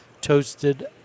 toasted